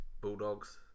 Bulldogs